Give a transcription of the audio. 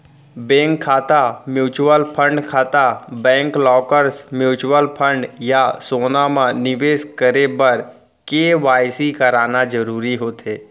bank खाता, mutual fund खाता, bank lockers, mutual fund या सोना म निवेस करे बर के.वाई.सी कराना जरूरी होथे